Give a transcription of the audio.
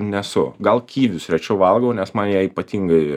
nesu gal kivius rečiau valgau nes man jie ypatingai